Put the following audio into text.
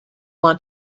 want